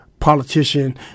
Politician